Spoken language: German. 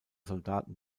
soldaten